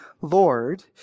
Lord